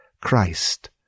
Christ